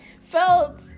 Felt